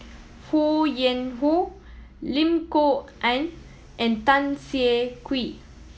Ho Yuen Hoe Lim Kok Ann and Tan Siah Kwee